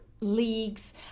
leagues